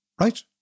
right